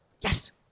Yes